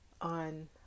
on